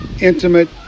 intimate